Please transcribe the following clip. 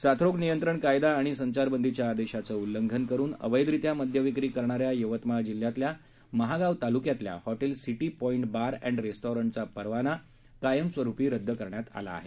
साथरोग नियंत्रण कायदा व संचारबंदीच्या आदेशाचे उल्लंघन करून अवैधरित्या मद्यविक्री करणा या यवतमाळ जिल्ह्यातल्या महागाव तालुक्यातल्या hotel city point bar and रेस्टॉरंटचा परवाना कायमस्वरूपी रद्द करण्यात आला आहे